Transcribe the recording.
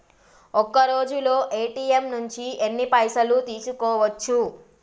ఒక్కరోజులో ఏ.టి.ఎమ్ నుంచి ఎన్ని పైసలు తీసుకోవచ్చు?